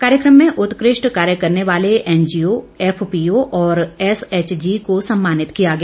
कार्यक्रम में उत्कृष्ठ कार्य करने वाले एनजीओ एफपीओ और एसएचजी को सम्मानित किया गया